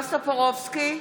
בועז טופורובסקי,